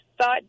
thought